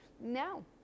no